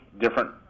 different